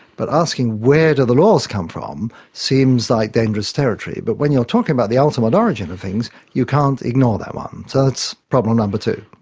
but asking where do the laws come from seems like dangerous territory. but when you're talking about the ultimate origin of things, you can't ignore that one. so that's problem number two.